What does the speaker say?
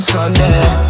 Sunday